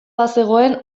bazegoen